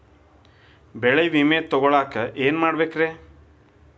ಬೆಳೆ ವಿಮೆ ತಗೊಳಾಕ ಏನ್ ಮಾಡಬೇಕ್ರೇ?